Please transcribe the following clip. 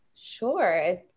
sure